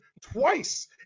twice